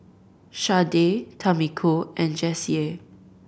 Sharday Tamiko and Jessye